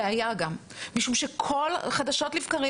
ואחת הבעיות שאני חווה,